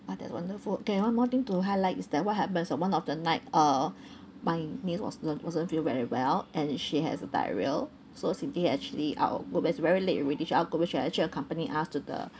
ah that's wonderful okay one more thing to highlight is that what happens on one of the night uh my niece was uh wasn't feeling very well and she has a diarrhoea so cindy actually out of work but it's very late already she actually accompanied us to the